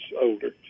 older